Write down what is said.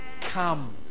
come